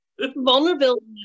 Vulnerability